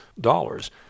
dollars